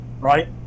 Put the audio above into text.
right